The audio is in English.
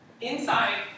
Inside